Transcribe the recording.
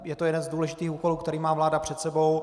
Je to jeden z důležitých úkolů, který má vláda před sebou.